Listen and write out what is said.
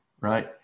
right